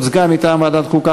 הוצגה מטעם ועדת החוקה,